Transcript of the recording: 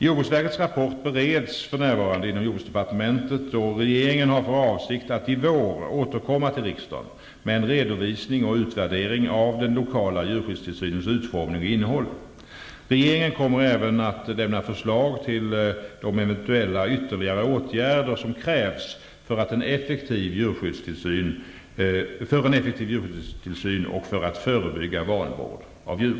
Jordbruksverkets rapport bereds för närvarande inom jordbruksdepartementet, och regeringen har för avsikt att i vår återkomma till riksdagen med en redovisning och utvärdering av den lokala djurskyddstillsynens utformning och innehåll. Regeringen kommer även att lämna förslag till de eventuella ytterligare åtgärder som krävs för en effektiv djurskyddstillsyn och för att förebygga vanvård av djur.